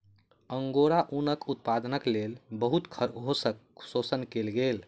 angora ऊनक उत्पादनक लेल बहुत खरगोशक शोषण कएल गेल